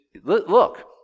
Look